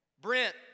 Brent